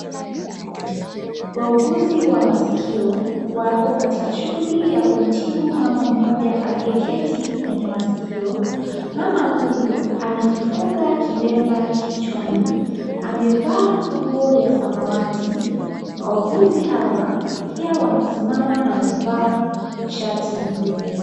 Wahuguzi wa masikio wako katika shughuli ya kumtibu mama mmoja aliyeketi, kwenye masikio. Mama huyu amejifunga kilemba kichwani, amevaa nguo ya samawati. Wahuguzi hawa pia wamesimama na wamevaa shati nyeupe.